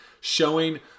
showing